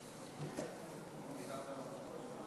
כך נצביע בנפרד על כל הצעת חוק.